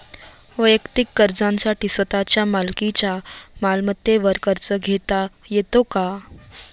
वैयक्तिक गरजांसाठी स्वतःच्या मालकीच्या मालमत्तेवर कर्ज घेता येतो का?